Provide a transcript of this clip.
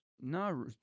No